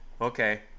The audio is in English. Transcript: Okay